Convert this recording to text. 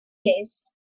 days